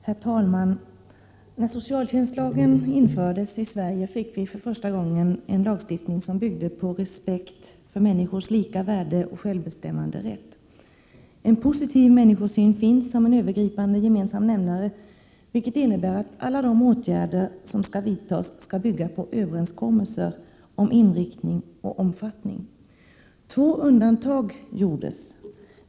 Herr talman! När socialtjänstlagen infördes i Sverige fick vi för första gången en lagstiftning som byggde på respekt för människors lika värde och självbestämmanderätt. En positiv människosyn finns som en övergripande gemensam nämnare, vilket innebär att alla åtgärder som skall vidtas skall byggas på överenskommelser om inriktning och omfattning. Två undantag gjordes.